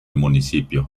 municipio